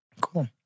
Cool